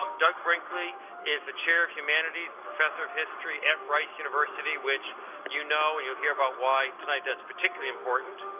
um doug brinkley is the chair of humanities and professor of history at rice university, which you know. and you'll hear about why tonight that's particularly important.